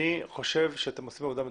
אני חושב שאתם עושים עבודה מצוינת.